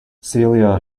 celia